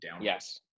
Yes